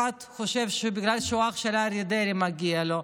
אחד חושב שבגלל שהוא אח של אריה דרעי, מגיע לו.